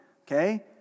okay